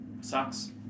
Sucks